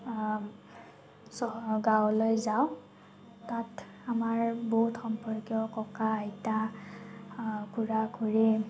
চহৰ গাঁৱলৈ যাওঁ তাত আমাৰ বহুত সম্পৰ্কীয় ককা আইতা খুৰা খুৰী